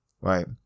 right